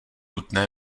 nutné